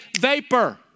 vapor